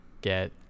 get